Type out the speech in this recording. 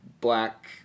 black